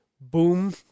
Boom